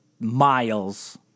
miles